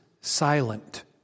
silent